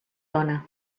dona